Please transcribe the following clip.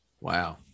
Wow